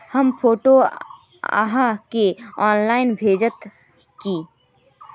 हम फोटो आहाँ के ऑनलाइन भेजबे की?